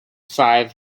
five